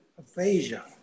Aphasia